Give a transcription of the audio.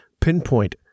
pinpoint